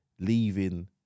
leaving